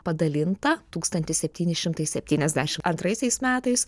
padalinta tūkstantis septyni šimtai septyniasdešimt antraisiais metais